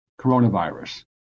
coronavirus